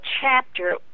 chapter